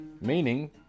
meaning